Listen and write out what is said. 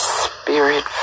spirit